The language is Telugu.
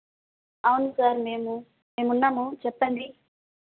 అవును సార్ మేము మేము ఉన్నాము చెప్పండి